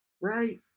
right